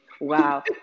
wow